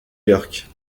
york